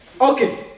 Okay